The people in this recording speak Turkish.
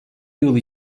yıl